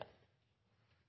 er